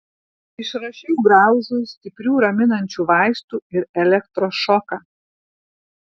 išrašiau graužui stiprių raminančių vaistų ir elektros šoką